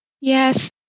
Yes